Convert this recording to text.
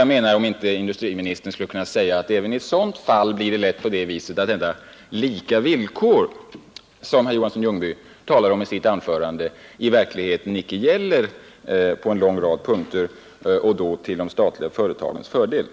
Jag undrar om inte industriministern skulle kunna säga att det genom sådana här åtgärder lätt blir så att det inte förekommer konkurrens på lika villkor och att denna olikhet blir till de statliga företagens fördel.